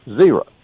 Zero